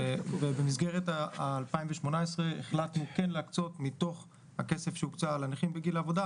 במסגרת 2018 החלטנו כן להקצות מתוך שהוקצה לנכים בגיל העבודה,